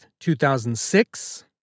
2006